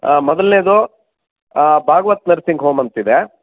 ಮೊದಲನೆಯದು Bhagwat nursing home ಅಂತಿದೆ